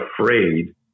afraid